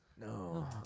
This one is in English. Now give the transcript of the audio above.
No